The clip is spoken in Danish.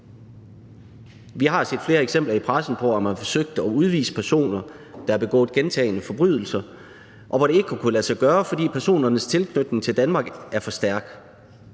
Vi har set flere eksempler i pressen på, at man har forsøgt at udvise personer, der har begået gentagne forbrydelser, og hvor det ikke har kunnet lade sig gøre, fordi personernes tilknytning til Danmark er for stærk.